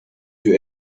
you